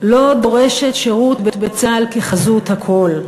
לא דורשת שירות בצה"ל כחזות הכול.